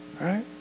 right